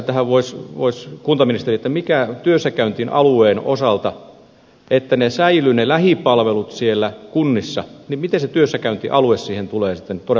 tähän voisi kuntaministeri vastata työssäkäyntialueen osalta miten se työssäkäyntialue tulee sitten todellakin vaikuttamaan siihen että ne lähipalvelut säilyvät siellä kunnissa nimitetä työssäkäyntialueeseen tulee siten tuoda